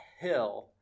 hill